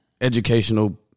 educational